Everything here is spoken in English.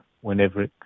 whenever